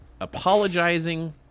apologizing